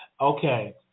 Okay